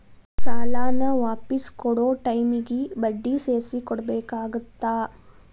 ಸಾಲಾನ ವಾಪಿಸ್ ಕೊಡೊ ಟೈಮಿಗಿ ಬಡ್ಡಿ ಸೇರ್ಸಿ ಕೊಡಬೇಕಾಗತ್ತಾ